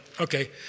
Okay